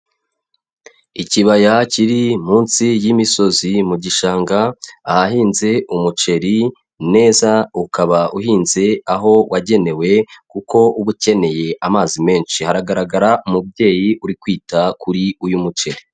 Ikibaya kiri munsi y'imisozi mu gishanga ahahinze umuceri neza ukaba uhinze aho wagenewe kuko uba ukeneye amazi menshi, haragaragara umubyeyi uri kwita kuri uyu muceri.